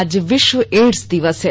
आज विश्व एड्स दिवस है